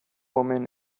woman